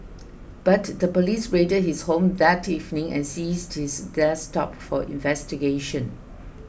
but the police raided his home that evening and seized his desktop for investigation